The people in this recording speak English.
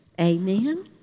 Amen